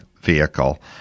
vehicle